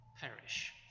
perish